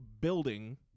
building